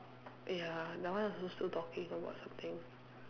ya that one was also talking about something